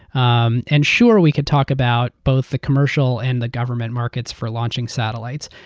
um and sure, we could talk about both the commercial and the government market for launching satellites,